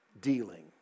dealing